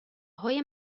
های